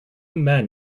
men